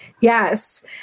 Yes